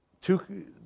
two